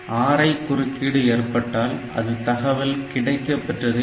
RI குறுக்கீடு ஏற்பட்டால் அது தகவல் கிடைக்கப்பெற்றதை குறிக்கும்